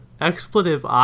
expletive